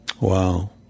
Wow